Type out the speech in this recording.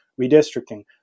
redistricting